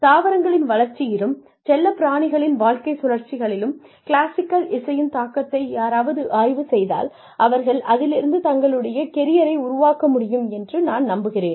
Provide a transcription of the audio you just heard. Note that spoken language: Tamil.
தாவரங்களின் வளர்ச்சியிலும் செல்லப்பிராணிகளின் வாழ்க்கைச் சுழற்சிகளிலும் கிளாசிக்கல் இசையின் தாக்கத்தை யாராவது ஆய்வு செய்தால் அவர்கள் அதிலிருந்து தங்களுடைய கெரியரை உருவாக்க முடியும் என்று நான் நம்புகிறேன்